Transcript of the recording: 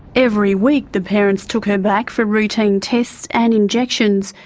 every week the parents took her back for routine tests and injections.